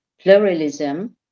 pluralism